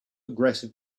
aggressive